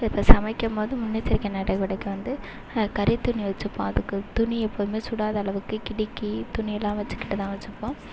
இப்போ சமைக்கும் போது முன்னெச்சரிக்கை நடவடிக்கை வந்து கரித்துணி வச்சுப்போம் அதுக்கு துணி எப்போதும் சுடாதளவுக்கு கிடுக்கி துணியெல்லாம் வச்சுக்கிட்டு தான் வச்சுப்போம்